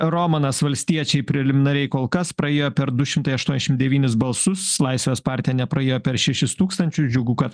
romanas valstiečiai preliminariai kol kas praėjo per du šimtai aštuoniašim devynis balsus laisvės partija nepraėjo per šešis tūkstančius džiugu kad